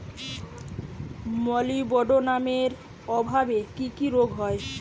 মলিবডোনামের অভাবে কি কি রোগ হয়?